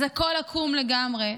אז הכול עקום לגמרי.